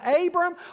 Abram